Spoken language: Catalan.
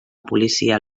policia